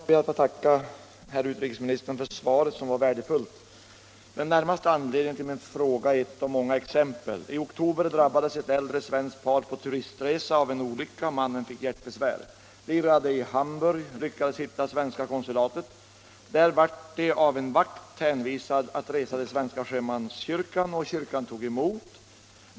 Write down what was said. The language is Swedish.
Herr talman! Jag ber att få tacka utrikesministern för svaret, som var värdefullt. 3 Den närmaste anledningen till min fråga är ett av många fall som inträffat. I oktober drabbades ett äldre svenskt par på turistresa av en olycka. Mannen fick hjärtbesvär. De irrade omkring i Hamburg och lyckades hitta svenska konsulatet. Där blev de av en vakt hänvisade till svenska sjömanskyrkan, som tog emot dem.